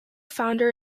founder